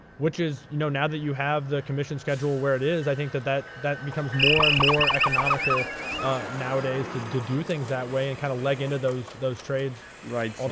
which is, you know now that you have the commission schedule where it is, i think that that that becomes more and more economical nowadays to do things that way and kind of leg into those those trades. right.